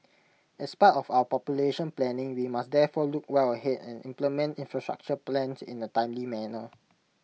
as part of our population planning we must therefore look well Head and implement infrastructure plans in A timely manner